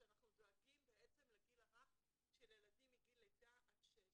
כשאנחנו דואגים לגיל הרך של ילדים מגיל לידה עד גיל שש.